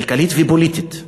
כלכלית ופוליטית.